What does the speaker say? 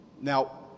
Now